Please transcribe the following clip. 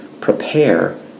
prepare